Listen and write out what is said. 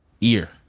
ear